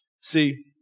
See